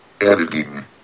editing